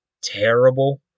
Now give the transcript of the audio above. terrible